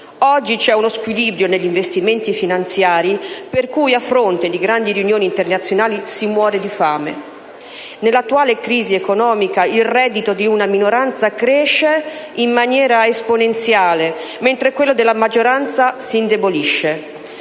Oggi c'è uno squilibrio negli investimenti finanziari per cui, a fronte di grandi riunioni internazionali, si muore di fame. Nell'attuale crisi economica il reddito di una minoranza cresce in maniera esponenziale, mentre quello della maggioranza si indebolisce.